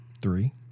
Three